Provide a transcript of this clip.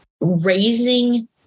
raising